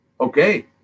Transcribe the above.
okay